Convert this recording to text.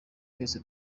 twese